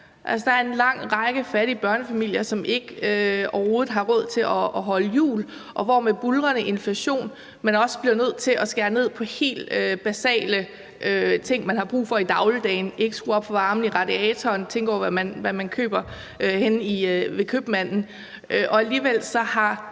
der er en lang række fattige børnefamilier, som overhovedet ikke har råd til at holde jul, og som med den buldrende inflation også bliver nødt til at skære ned på helt basale ting, man har brug for i dagligdagen: Man skruer ikke op for varmen i radiatoren, og man tænker over, hvad man køber henne ved købmanden. Og alligevel har